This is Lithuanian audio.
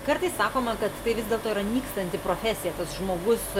kartais sakoma kad tai vis dėlto yra nykstanti profesija tas žmogus